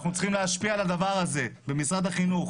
אנחנו צריכים להשפיע על הדבר הזה במשרד החינוך,